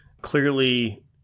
Clearly